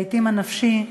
לעתים הנפשי.